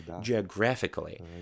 geographically